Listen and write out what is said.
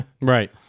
right